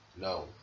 no